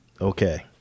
Okay